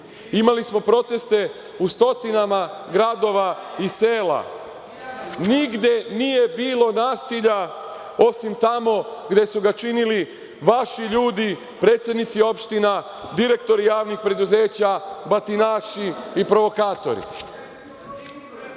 Imali smo proteste u stotinama gradova i sela. Nigde nije bilo nasilja osim tamo gde su ga činili vaši ljudi, predsednici opština, direktori javnih preduzeća, batinaši i provokatori. Pozivam